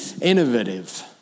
innovative